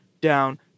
Down